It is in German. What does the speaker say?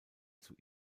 zur